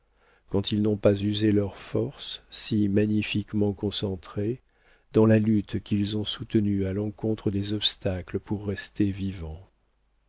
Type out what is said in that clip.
quand ils n'ont pas usé leurs forces si magnifiquement concentrées dans la lutte qu'ils ont soutenue à l'encontre des obstacles pour rester vivants